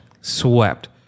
swept